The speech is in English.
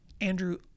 Andrew